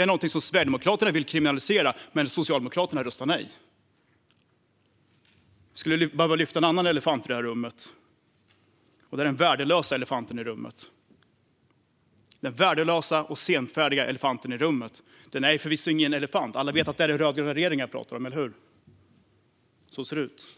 är någonting som Sverigedemokraterna vill kriminalisera. Men Socialdemokraterna röstar nej till detta. Vi skulle behöva lyfta en annan elefant i det här rummet, och det är den värdelösa elefanten. Den värdelösa och senfärdiga elefanten i rummet är förvisso ingen elefant. Alla vet att det är den rödgröna regeringen jag pratar om, eller hur? Så ser det ut.